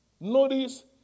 notice